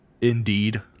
indeed